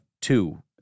two